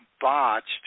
botched